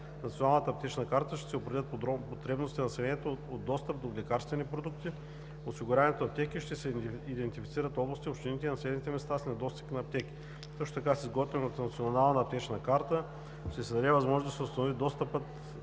Националната аптечна карта ще се определят потребностите на населението от достъп до лекарствени продукти, осигурявани от аптеки, и ще се идентифицират областите, общините и населените места с недостиг от аптеки. Също така с изготвянето на Национална аптечна карта ще се даде възможност да се установи достъпът